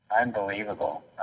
unbelievable